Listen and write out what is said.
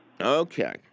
Okay